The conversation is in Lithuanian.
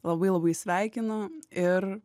labai labai sveikinu ir